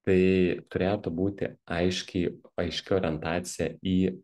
tai turėtų būti aiškiai aiški orientacija į